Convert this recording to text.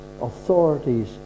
authorities